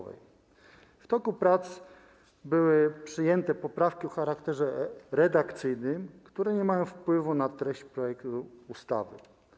W toku prac były przyjęte poprawki o charakterze redakcyjnym, które nie mają wpływu na treść projektu ustawy.